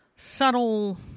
subtle